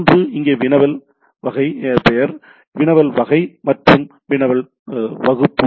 ஒன்று இங்கே வினவல் பெயர் வினவல் வகை மற்றும் வினவல் வகுப்பு